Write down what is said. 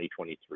2023